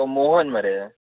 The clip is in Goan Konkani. तो मोहन मरे